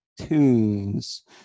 tunes